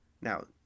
now